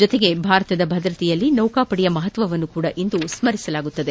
ಜತೆಗೆ ಭಾರತದ ಭದ್ರತೆಯಲ್ಲಿ ನೌಕಾಪಡೆಯ ಮಹತ್ಯವನ್ನು ಕೂಡ ಇಂದು ಸ್ಮರಿಸಲಾಗುತ್ತದೆ